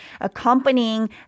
accompanying